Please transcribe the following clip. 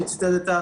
שציטטת,